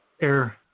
air